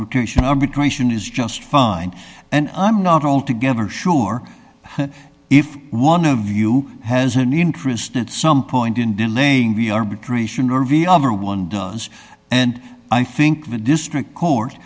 arbitration arbitration is just fine and i'm not altogether sure if one of you has an interest in some point in delaying be arbitration or v other one does and i think the district court